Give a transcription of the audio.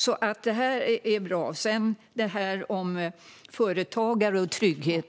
Det är bra. Jag fick inte svar på min fråga om företagare och trygghet.